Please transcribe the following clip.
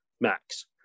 max